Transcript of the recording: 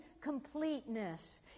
completeness